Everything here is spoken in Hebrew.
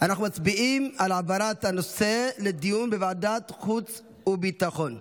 אנחנו מצביעים על העברת הנושא לדיון בוועדת החוץ והביטחון.